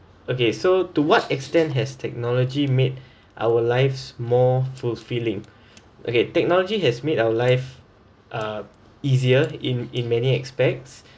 okay so to what extent has technology made our lives more fulfilling okay technology has made our life uh easier in in many aspects